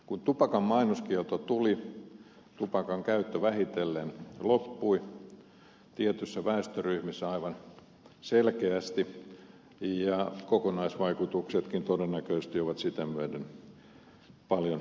kun tupakan mainoskielto tuli tupakan käyttö vähitellen loppui tietyissä väestöryhmissä aivan selkeästi ja kokonaisvaikutuksetkin todennäköisesti ovat sitä myöden paljon vähäisemmät